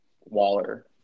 Waller